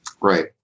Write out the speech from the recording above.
Right